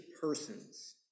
persons